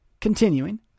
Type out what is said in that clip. Continuing